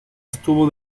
estuvo